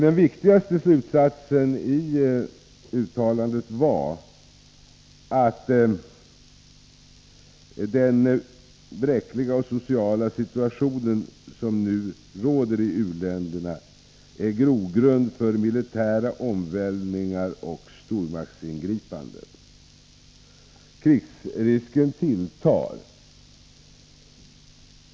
Den viktigaste slutsatsen i svaret var att den bräckliga sociala och politiska situation som nu råder i u-länderna är grogrund för militära omvälvningar och stormaktsingripanden. Krigsrisken tilltar.